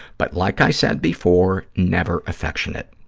but like i said before, never affectionate.